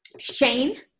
shane